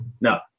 no